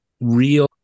real